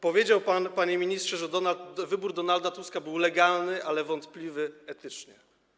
Powiedział pan, panie ministrze, że wybór Donalda Tuska był legalny, ale wątpliwy etycznie.